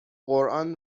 قرآن